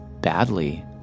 badly